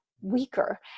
weaker